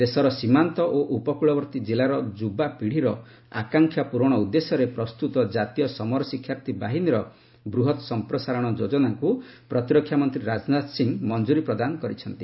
ଦେଶର ସୀମାନ୍ତ ଓ ଉପକୂଳବର୍ତ୍ତୀ କିଲ୍ଲାର ଯୁବାପିଡ଼ୀର ଆକାଂକ୍ଷା ପୂରଣ ଉଦ୍ଦେଶ୍ୟରେ ପ୍ରସ୍ତୁତ ଜାତୀୟ ସମର ଶିକ୍ଷାର୍ଥୀ ବାହିନୀର ବୃହତ୍ ସମ୍ପ୍ରସାରଣ ଯୋଜନାକୁ ପ୍ରତିରକ୍ଷାମନ୍ତ୍ରୀ ରାଜନାଥ ସିଂହ ମଞ୍ଜୁରୀ ପ୍ରଦାନ କରିଛନ୍ତି